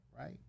right